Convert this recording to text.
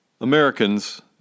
Americans